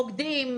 רוקדים,